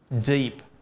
deep